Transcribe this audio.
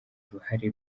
uruhare